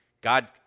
God